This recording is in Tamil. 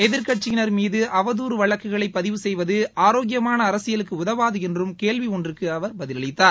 எதிர்க்கட்சியினர் மீது அவதூறு வழக்குகளை பதிவு செய்வது ஆரோக்கியமான அரசியலுக்கு உதவாது என்றும் கேள்வி ஒன்றுக்கு அவர் பதிலளித்தார்